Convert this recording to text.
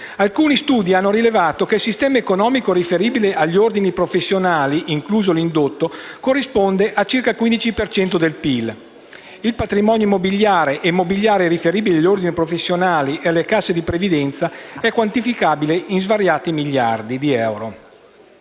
Alcuni studi hanno rilevato che il sistema economico riferibile agli ordini professionali (incluso l'indotto) corrisponde a circa il 15 per cento del PIL. Il patrimonio immobiliare e mobiliare riferibile agli ordini professionali e alle casse di previdenza è quantificabile in svariati miliardi di euro.